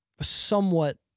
somewhat